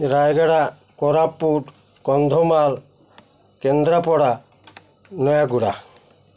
Rayagada Koraput Kandhamal Kendrapara Nayagarh